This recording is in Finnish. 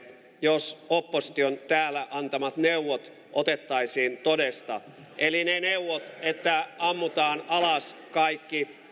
jos opposition täällä antamat neuvot otettaisiin todesta eli ne neuvot että ammutaan alas kaikki